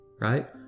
right